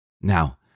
Now